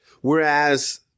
Whereas